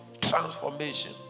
transformation